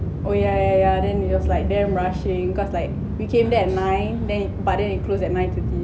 oh yeah yeah yeah then it was like damn rushing cause like we came there at nine then but then it close at nine thirty